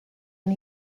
and